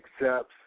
accepts